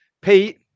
Pete